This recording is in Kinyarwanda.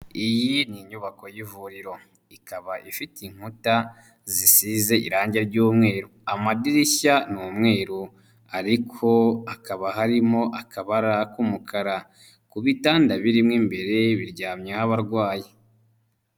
Iyi ni inyubako y'ivuriro ikaba ifite inkuta zisize irangi ry'umweru amadirishya ni umweru ariko hakaba harimo akabara k'umukara ku bitanda birimo imbere biryamyeho abarwayi.